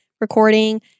recording